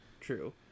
true